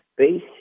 space